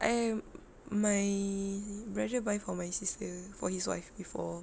I my brother buy for my sister for his wife before